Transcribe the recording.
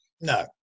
No